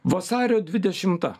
vasario dvidešimta